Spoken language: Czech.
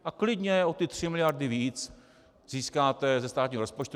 A klidně o ty tři miliardy víc získáte ze státního rozpočtu.